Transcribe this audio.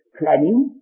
planning